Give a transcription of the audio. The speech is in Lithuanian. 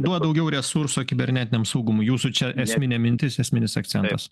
duot daugiau resursų kibernetiniam saugumui jūsų čia esminė mintis esminis akcentas